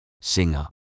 singer